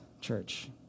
church